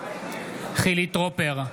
חילי טרופר,